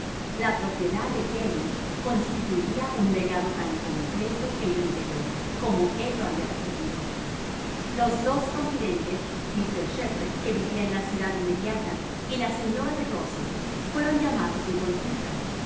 la propiedad de kellynch constituiría un legado tan completo e íntegro como él lo había recibido los dos confidentes míster shepherd que vivía en la ciudad inmediata y la señora de rusell fueron llamados en consulta